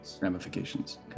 ramifications